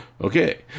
Okay